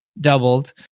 doubled